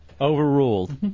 Overruled